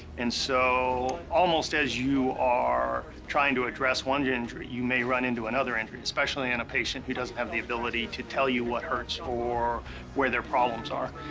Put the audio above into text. and so almost as you are trying to address one injury, you may run into another injury, especially in a patient who doesn't have the ability to tell you what hurts or where their problems are.